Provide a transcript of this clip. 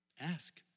ask